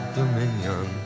dominion